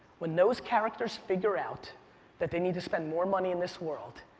when those characters figure out that they need to spend more money in this world.